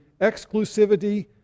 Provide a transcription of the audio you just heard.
exclusivity